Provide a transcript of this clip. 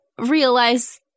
realize